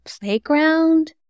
playground